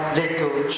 little